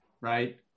right